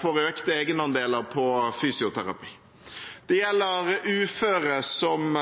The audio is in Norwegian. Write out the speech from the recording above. får økte egenandeler på fysioterapi, det gjelder uføre, som